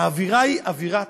האווירה היא אווירה תומכת,